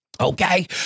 okay